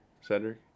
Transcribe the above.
Cedric